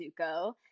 Zuko